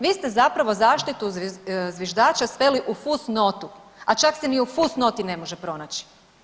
Vi ste zapravo zaštitu zviždača sveli u fus notu, a čak se ni u fus noti ne može pronaći.